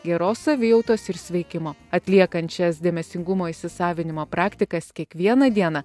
geros savijautos ir sveikimo atliekančias dėmesingumo įsisavinimo praktikas kiekvieną dieną